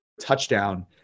touchdown